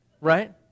right